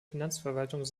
finanzverwaltung